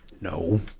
No